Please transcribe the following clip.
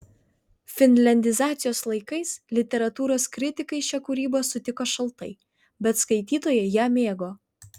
finliandizacijos laikais literatūros kritikai šią kūrybą sutiko šaltai bet skaitytojai ją mėgo